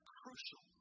crucial